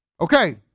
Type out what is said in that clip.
Okay